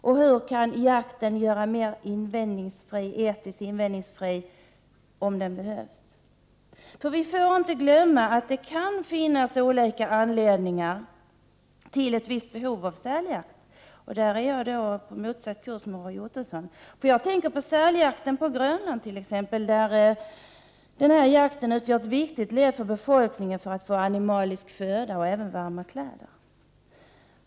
Hur kan jakten, om den behövs, göras mer invändningsfri etiskt sett? Vi får inte glömma att det kan finnas olika anledningar till en viss säljakt. I den frågan är jag på motsatt kurs i förhållande till Roy Ottoson. Jag tänker exempelvis på säljakten på Grönland, där jakten är viktig för att befolkningen skall få tillgång till animalisk föda och även varma kläder.